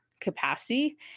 capacity